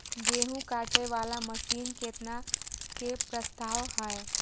गेहूँ काटे वाला मशीन केतना के प्रस्ताव हय?